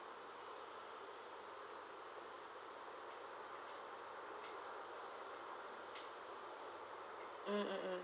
mm mm mm